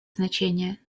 значение